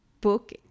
book